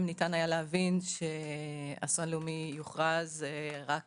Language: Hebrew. היה ניתן להבין שאסון לאומי יוכרז רק